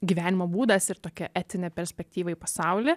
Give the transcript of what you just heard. gyvenimo būdas ir tokia etinė perspektyva į pasaulį